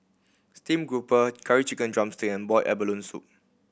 steamed grouper Curry Chicken drumstick and boiled abalone soup